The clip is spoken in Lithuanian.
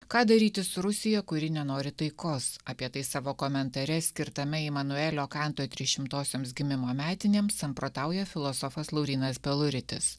ką daryti su rusija kuri nenori taikos apie tai savo komentare skirtame imanuelio kanto trisšimtosioms gimimo metinėms samprotauja filosofas laurynas peluritis